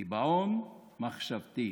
קיבעון מחשבתי.